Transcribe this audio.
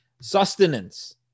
sustenance